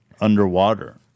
underwater